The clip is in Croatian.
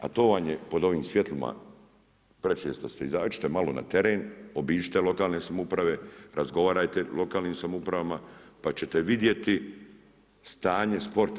A to vam je pod ovim svjetlima prečesto ste, izađite malo na teren, obiđite lokalne samouprave, razgovarajte lokalnim samoupravama pa ćete vidjeti stanje sporta.